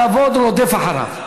הכבוד רודף אחריו.